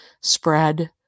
spread